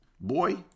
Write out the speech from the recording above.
boy